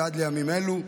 ועד לימים אלו,